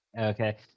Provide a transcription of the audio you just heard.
okay